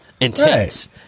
intense